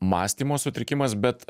mąstymo sutrikimas bet